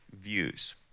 views